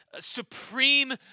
supreme